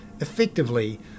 Effectively